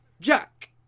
Jack